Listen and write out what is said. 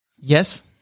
Yes